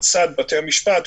לצד בתי המשפט,